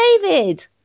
David